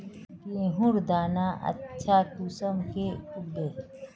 गेहूँर दाना अच्छा कुंसम के उगबे?